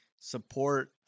support